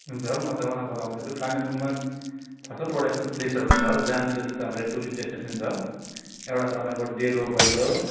हुन्छ म तपाईँलाई बताउँदैछु कालिम्पोङमा छ सातवटा यस्तो प्लेसहरू छ जहाँनिर चाहिँ तपाईँले टुरिस्ट डेस्टिनेसन छ एउटा तपाईँको डेलो भइगयो